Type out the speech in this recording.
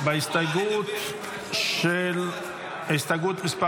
הסתייגות מס'